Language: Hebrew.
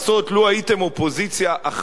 לו הייתם אופוזיציה אחראית,